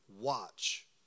watch